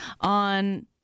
on